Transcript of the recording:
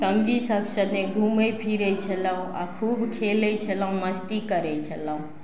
सङ्गी सब सङ्गे घुमय फिरय छलहुँ आओर खूब खेलय छलहुँ मस्ती करय छलहुँ